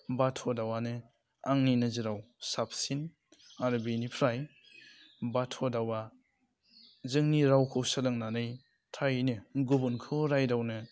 बाथ' दावानो आंनि नोजोराव साबसिन आरो बिनिफ्राय बाथ' दावा जोंनि रावखौ सोलोंनानै थारैनो गुबुनखौ रायदावनो